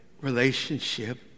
relationship